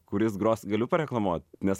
kuris gros galiu pareklamuot nes